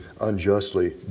unjustly